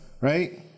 right